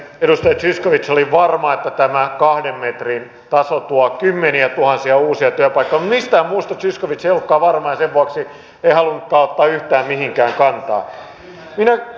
edustaja zyskowicz oli varma että tämä kahden metrin taso tuo kymmeniätuhansia uusia työpaikkoja mutta mistään muusta zyskowicz ei ollutkaan varma ja sen vuoksi ei halunnutkaan ottaa yhtään mihinkään kantaa